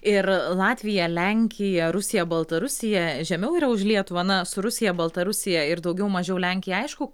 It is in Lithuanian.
ir latvija lenkija rusija baltarusija žemiau yra už lietuvą na su rusija baltarusija ir daugiau mažiau lenkija aišku